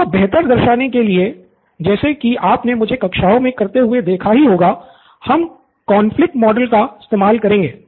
इसको बेहतर दर्शाने के लिए जैसा कि आप ने मुझे कक्षाओं में करते हुए देखा ही होगा हम कनफ्लिक्ट मॉडल का इस्तेमाल करेंगे